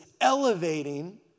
elevating